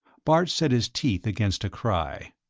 bart set his teeth against a cry.